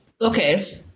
Okay